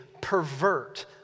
pervert